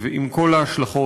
עם כל ההשלכות